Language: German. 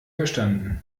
verstanden